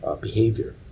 behavior